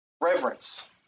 reverence